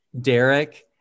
Derek